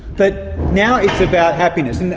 but now it's about happiness. and